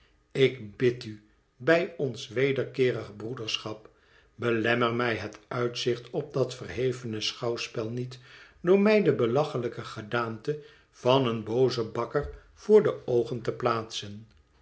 ik bid u bij ons wederkeerig broederschap belemmer mij het uitzicht op dat verhevene schouwspel niet door mij de belachelijke gedaante van een boozen bakker voor de oogen te plaatsen